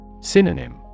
Synonym